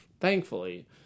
thankfully